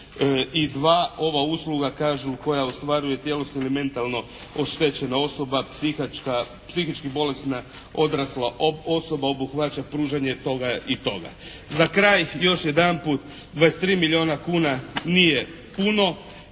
22. Ova usluga kažu koja ostvaruje tjelesno ili mentalno oštećena osoba, psihički bolesna odrasla osoba obuhvaća pružanje toga i toga. Za kraj još jedanput 23 milijuna kuna nije puno,